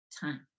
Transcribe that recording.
time